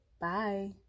Bye